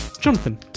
jonathan